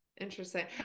Interesting